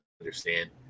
understand